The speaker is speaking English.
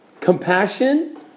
compassion